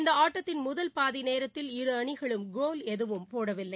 இந்தஆட்டத்தின் முதல் பாதிநேரத்தில் இரு அணிகளும் கோல் எதும் போடவில்லை